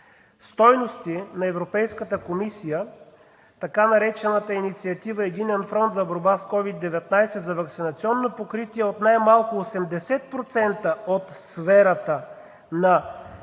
стойности на Европейската комисия, така наречената инициатива „Единен фронт за борба с COVID-19“, за ваксинационно покритие от най-малко 80% от специалистите